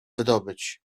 wydobyć